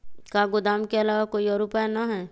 का गोदाम के आलावा कोई और उपाय न ह?